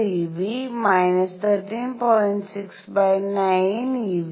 69 eV